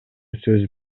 сөз